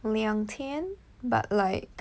两天 but like